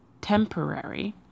temporary